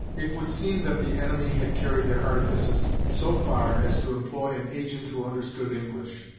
it would seem that the enemy had carried their artifices so far as to employ an agent who understood english.